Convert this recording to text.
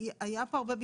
היה פה הרבה בלבול.